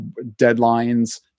deadlines